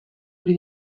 hori